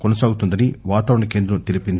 కొనసాగుతుందని వాతావరణ కేంద్రం తెలిపింది